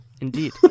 Indeed